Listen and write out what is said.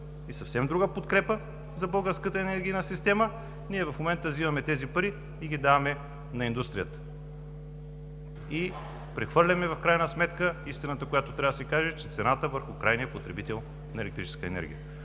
и съвсем друга подкрепа за българската енергийна система, ние в момента взимаме тези пари и ги даваме на индустрията. В крайна сметка прехвърляме истината, която трябва да се каже, че цената е върху крайния потребител на електрическа енергия.